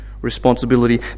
responsibility